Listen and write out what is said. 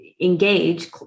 engage